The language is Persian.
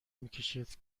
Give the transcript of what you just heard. میکشد